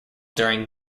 during